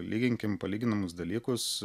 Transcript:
lyginkim palyginamus dalykus